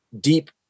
deep